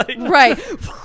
Right